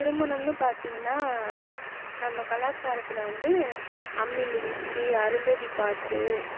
திருமணம்னு பார்த்திங்ன்னா நம்ம கலாச்சாரத்தில் வந்து அம்மி மிதிச்சு அருந்ததி பார்த்து